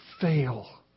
fail